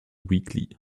weakly